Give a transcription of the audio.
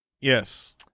Yes